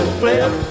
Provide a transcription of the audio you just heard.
flip